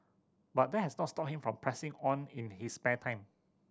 but that has not stopped him from pressing on in his spare time